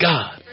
God